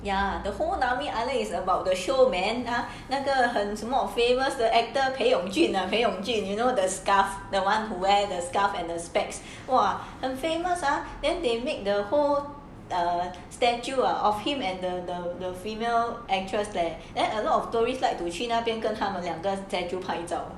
ya the whole nami island is about the show man 那个很什么 famous the actor 裴勇俊裴勇俊 you know the scarf the one where the scarf and the specs !wah! 很 famous ah then they make the whole statue of him and the the the female actress leh then a lot of tourists like to 去那边跟他们两个 statue 拍照